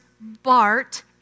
Bart